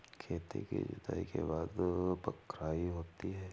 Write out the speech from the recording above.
खेती की जुताई के बाद बख्राई होती हैं?